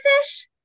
fish